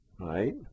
right